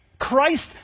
Christ